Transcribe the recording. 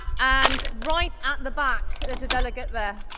and right at the back, there is a delegate there.